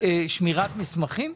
שמירת מסמכים?